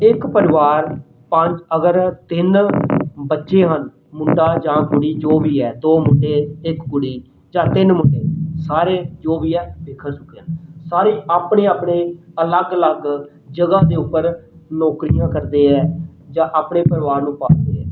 ਇੱਕ ਪਰਿਵਾਰ ਪੰਜ ਅਗਰ ਤਿੰਨ ਬੱਚੇ ਹਨ ਮੁੰਡਾ ਜਾਂ ਕੁੜੀ ਜੋ ਵੀ ਹੈ ਦੋ ਮੁੰਡੇ ਅਤੇ ਇੱਕ ਕੁੜੀ ਜਾਂ ਤਿੰਨ ਮੁੰਡੇ ਸਾਰੇ ਜੋ ਵੀ ਹੈ ਬਿਖਰ ਚੁੱਕੇ ਆ ਸਾਰੇ ਆਪਣੇ ਆਪਣੇ ਅਲੱਗ ਅਲੱਗ ਜਗ੍ਹਾ ਦੇ ਉੱਪਰ ਨੌਕਰੀਆਂ ਕਰਦੇ ਹੈ ਜਾਂ ਆਪਣੇ ਪਰਿਵਾਰ ਨੂੰ ਪਾਲਦੇ ਹੈ